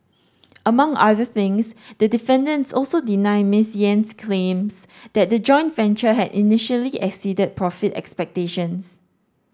among other things the defendants also deny Ms Yen's claims that the joint venture had initially exceeded profit expectations